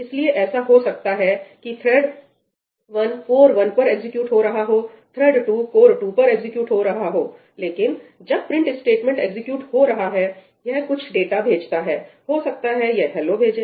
इसलिए ऐसा हो सकता है कि थ्रेड 1 कोर 1 पर एग्जीक्यूट हो रहा हो थ्रेड 2 कोर 2 पर एग्जीक्यूट हो रहा हो लेकिन जब प्रिंट स्टेटमेंट एग्जीक्यूट हो रहा है यह कुछ डाटा भेजता है हो सकता है यह H e l l o भेजें